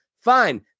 fine